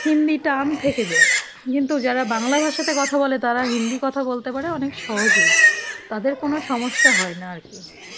হিন্দি টান থেকে যায় কিন্তু যারা বাংলা ভাষাতে কথা বলে তারা হিন্দি কথা বলতে পারে অনেক সহজেই তাদের কোনো সমস্যা হয় না আর কি